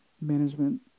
management